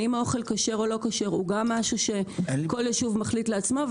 האם האוכל הוא כשר או לא זה גם משהו שכל יישוב מחליט לעצמו.